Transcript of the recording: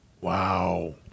Wow